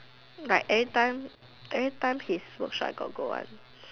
like every time every time his workshop I got go one